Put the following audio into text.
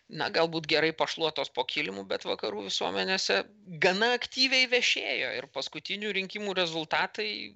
na galbūt gerai pašluotos po kilimu bet vakarų visuomenėse gana aktyviai vešėjo ir paskutinių rinkimų rezultatai